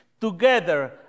together